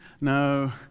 No